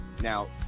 Now